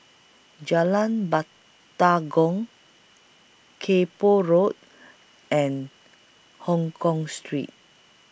Jalan Batalong Kay Poh Road and Hongkong Street